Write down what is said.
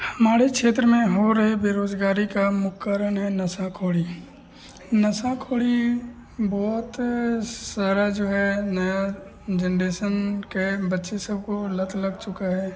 हमारे क्षेत्र में हो रहे बेरोज़गारी का मुख्य कारण है नशाख़ोरी नशाख़ोरी बहुत सारा जो है नया जनरेसन के बच्चे सबको लत लग चुका है